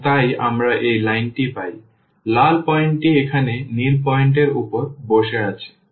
এবং তাই আমরা এই লাইনটি পাই লাল পয়েন্ট টি এখানে নীল পয়েন্ট এর উপর বসে আছে